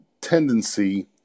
tendency